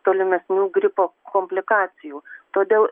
tolimesnių gripo komplikacijų todėl